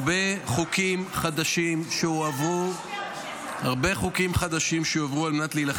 הרבה חוקים חדשים שהועברו --- שום דבר לא השפיע